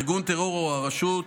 ארגון טרור או הרשות,